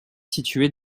située